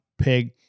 pig